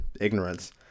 ignorance